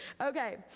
Okay